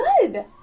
Good